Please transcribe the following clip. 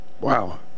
Wow